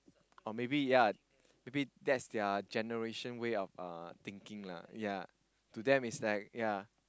or maybe ya maybe that's their generation way of uh thinking lah ya to them it's like ya